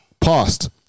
past